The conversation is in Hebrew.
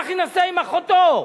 שאח יינשא עם אחותו.